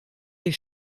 des